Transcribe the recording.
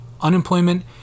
unemployment